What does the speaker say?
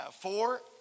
four